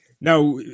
Now